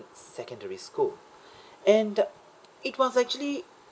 secondary school and it was actually